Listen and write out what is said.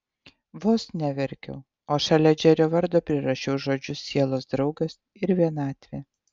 vos neverkiau o šalia džerio vardo prirašiau žodžius sielos draugas ir vienatvė